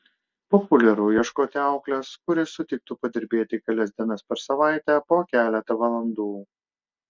populiaru ieškoti auklės kuri sutiktų padirbėti kelias dienas per savaitę po keletą valandų